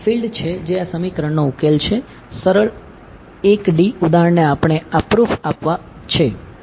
સરળ 1 ડી ઉદાહરણ આપણને આ પ્રૂફ આપવા યોગ્ય છે